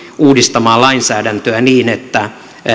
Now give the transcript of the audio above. uudistamaan lainsäädäntöä niin että